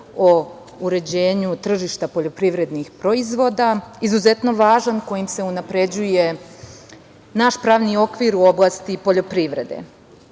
o uređenju tržišta poljoprivrednih proizvoda, izuzetno važan, kojim se unapređuje naš pravni okvir u oblasti poljoprivrede.